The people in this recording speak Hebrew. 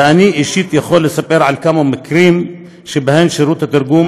ואני אישית יכול לספר על כמה מקרים שבהם שירותי התרגום